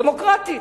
דמוקרטית,